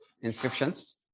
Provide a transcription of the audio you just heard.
inscriptions